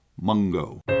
Mungo